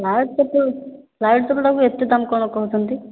ନାହିଁ ସେହିଟା ଫ୍ଲାଇଟ୍ ଚପଲଟା କୁ ଏତେ ଦାମ କ'ଣ କହୁଛନ୍ତି